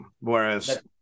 Whereas